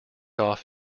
off